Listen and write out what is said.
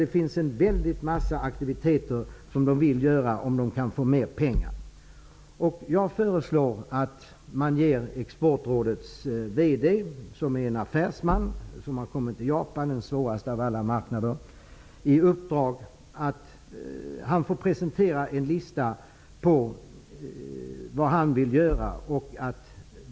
Det finns en mängd aktiviteter som Exportrådet vill sätta i gång med, om man kan få mera pengar. Exportrådets vd är affärsman. Han har nu kommit till Japan, den svåraste av alla marknader. Jag föreslår att han får i uppdrag att presentera en lista över vad han vill göra.